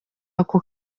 ako